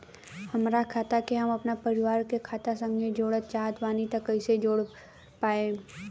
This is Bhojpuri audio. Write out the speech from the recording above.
हमार खाता के हम अपना परिवार के खाता संगे जोड़े चाहत बानी त कईसे जोड़ पाएम?